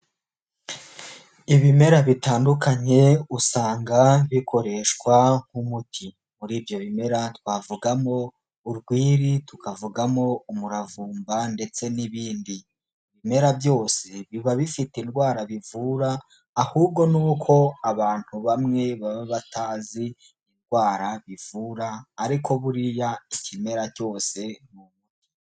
Ibimera bitandukanye usanga bikoreshwa nk'umuti, muri ibyo bimera twavugamo urwiri, tukavugamo umuravumba ndetse n'ibindi, ibimera byose biba bifite indwara bivura ahubwo ni uko abantu bamwe baba batazi indwara bivura ariko buriya ikimera cyose ni umuti.